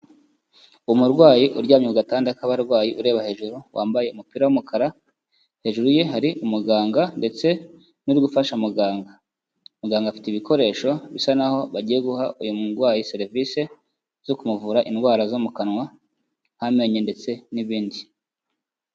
Umurwayi uryamye ku gatanda k'abarwayi ureba hejuru wambaye umupira w'umukara, hejuru ye hari umuganga ndetse n'uri gufasha muganga, muganga afite ibikoresho bisa naho bagiye guha uyu murwayi serivisi zo kumuvura indwara zo mu kanwa nk'amenyo ndetse n'ibindi.